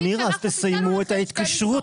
אז מירה, אז תסיימו את ההתקשרות.